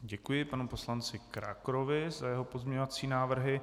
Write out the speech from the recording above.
Děkuji panu poslanci Krákorovi za jeho pozměňovací návrhy.